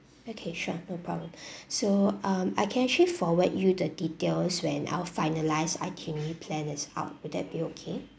okay sure no problem so um I can actually forward you the details when our finalised itinerary plan is out will that be okay